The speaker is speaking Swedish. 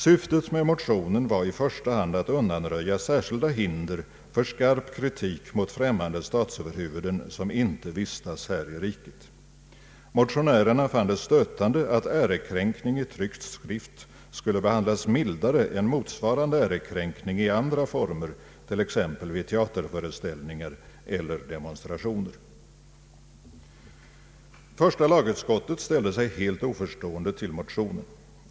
Syftet med motionen var i första hand att undanröja särskilda hinder för skarp kritik mot främmande statsöverhuvuden som inte vistas här i riket. Motionärerna fann det stötande att ärekränkning i tryckt skrift skulle behandlas mildare än motsvarande ärekränkning i andra former, t.ex. vid teaterföreställningar eller demonstrationer. Första lagutskottet ställde sig helt oförstående till motionen.